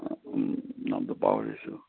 নামটো পাহৰিছোঁ